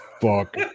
fuck